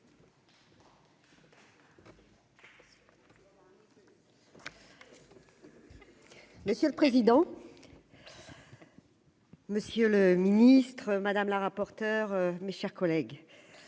Monsieur le président. Monsieur le ministre madame la rapporteure, mes chers collègues,